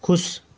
खुश